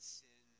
sin